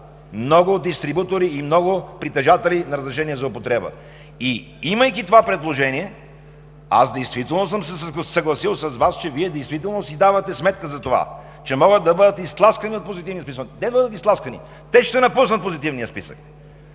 много дистрибутори и много притежатели на разрешения за употреба. Имайки това предложение, действително съм се съгласил с Вас, че Вие си давате сметка за това, че могат да бъдат изтласкани от Позитивния списък – не да бъдат изтласкани, те ще напуснат Позитивния списък!